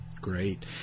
great